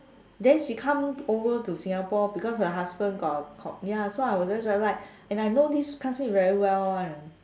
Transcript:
then she come over to Singapore because her husband got a ya so I was very like and I know this classmate very well one